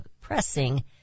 pressing